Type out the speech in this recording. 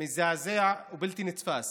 מזעזע ובלתי נתפס,